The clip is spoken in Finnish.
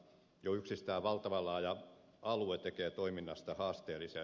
jo yksistään valtavan laaja alue tekee toiminnasta haasteellisen